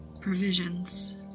provisions